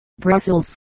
Brussels